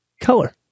color